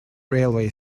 railway